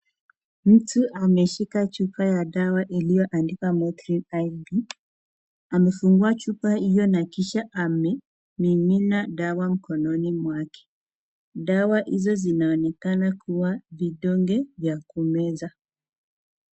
Mtu ameshika chupa ya dawa ilioandikwa MOTRIN IB . Amefungua chupa hio na kisha amemimina dawa mkononi mwake. Dawa hizo zinaonekana kuwa vidoge vya kumeza.